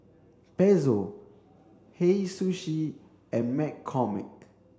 Pezzo Hei Sushi and McCormick